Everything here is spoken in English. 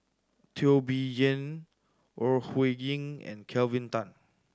Teo Bee Yen Ore Huiying and Kelvin Tan